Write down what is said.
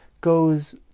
goes